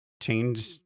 change